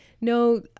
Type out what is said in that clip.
no